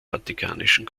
vatikanischen